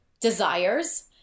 desires